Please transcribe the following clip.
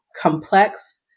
complex